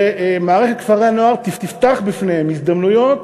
ומערכת כפרי-הנוער תפתח בפניהם הזדמנויות